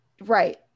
Right